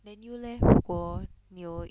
then you leh 如果你有